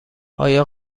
آیا